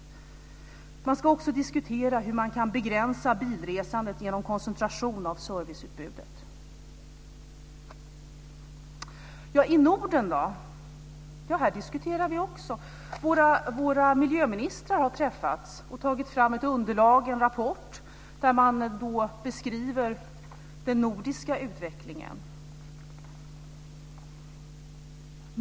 Man ska också diskutera hur man kan begränsa bilresandet genom koncentration av serviceutbudet. I Norden diskuterar vi också. Våra miljöministrar har träffats och tagit fram ett underlag - en rapport där man beskriver den nordiska utvecklingen.